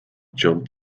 jumped